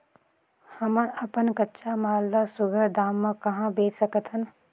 हमन अपन कच्चा माल ल सुघ्घर दाम म कहा बेच सकथन?